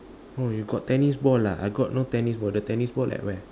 no you got tennis ball ah I got no tennis ball the tennis ball at where